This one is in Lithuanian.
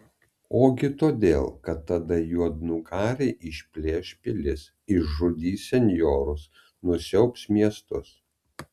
ogi todėl kad tada juodnugariai išplėš pilis išžudys senjorus nusiaubs miestus